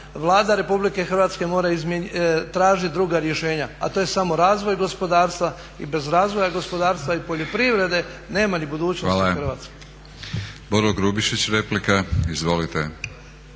Vlada RH mora tražiti druga rješenja, a to je samo razvoj gospodarstva i bez razvoja gospodarstva i poljoprivrede nema ni budućnosti Hrvatske.